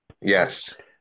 Yes